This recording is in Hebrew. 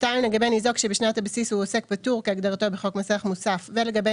לגבי ניזוק שבשנת הבסיס הוא עוסק פטור כהגדרתו בחוק מס ערך מוסף ולגבי